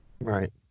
right